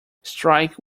strike